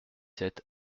sept